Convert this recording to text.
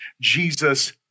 Jesus